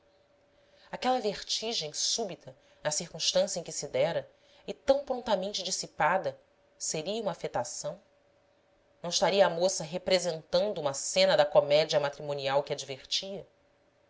aquela vertigem súbita na circunstância em que se dera e tão prontamente dissipada seria uma afetação não estaria a moça representando uma cena da comédia matrimonial que a divertia